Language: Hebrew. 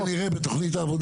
את זה נראה בתוכנית העבודה.